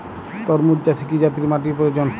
তরমুজ চাষে কি জাতীয় মাটির প্রয়োজন?